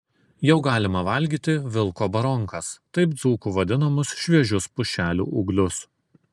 jau galima valgyti vilko baronkas taip dzūkų vadinamus šviežius pušelių ūglius